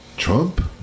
Trump